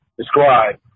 describe